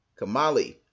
Kamali